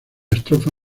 estrofa